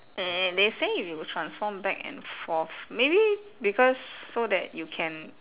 and they say you transform back and forth maybe because so that you can